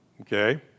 Okay